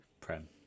prem